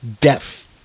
Death